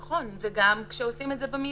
נכון, וגם כשעושים את זה במיידי.